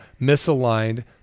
misaligned